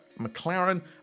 McLaren